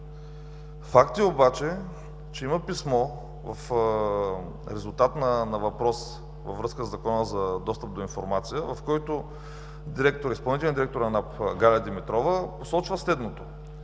Факт е обаче, че има писмо в резултат на въпрос във връзка със Закона за достъп до информация, в който изпълнителният директор на НАП Галя Димитрова посочва следното: